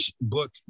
book